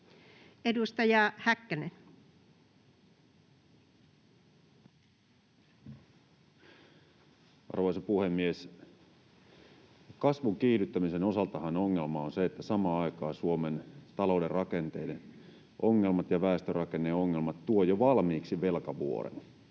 Edustaja Häkkänen. Arvoisa puhemies! Kasvun kiihdyttämisen osaltahan ongelma on se, että samaan aikaan Suomen talouden rakenteiden ongelmat ja väestörakenneongelmat tuovat jo valmiiksi velkavuoren